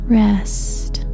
rest